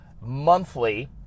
monthly